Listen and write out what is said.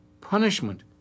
punishment